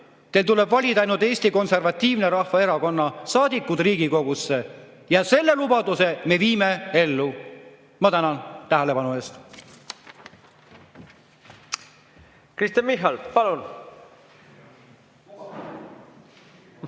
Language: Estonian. teil ainult valida Eesti Konservatiivse Rahvaerakonna saadikud Riigikogusse, ja selle lubaduse me viime ellu. Ma tänan tähelepanu eest! Kristen Michal, palun!